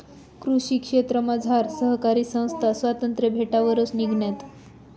कृषी क्षेत्रमझार सहकारी संस्था स्वातंत्र्य भेटावरच निंघण्यात